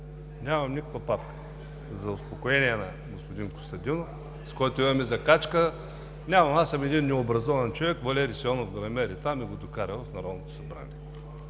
Нямам никаква папка, за успокоение на господин Костадинов, с който имаме закачка! Нямам, аз съм един необразован човек! Валери Симеонов го намери там и го докара в Народното събрание.